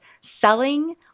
selling